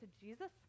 jesus